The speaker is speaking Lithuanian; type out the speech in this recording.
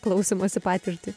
klausymosi patirtį